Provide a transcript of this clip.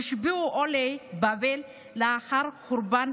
נשבעו עולי בבל לאחר חורבן